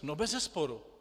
No, bezesporu.